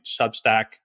Substack